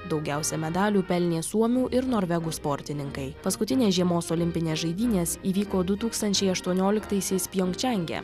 daugiausiai medalių pelnė suomių ir norvegų sportininkai paskutinės žiemos olimpinės žaidynės įvyko du tūkstančiai aštuonioliktaisiais pjongčange